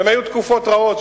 והן היו תקופות רעות,